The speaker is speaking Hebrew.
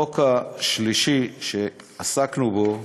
החוק השלישי שעסקנו בו הוא